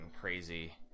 crazy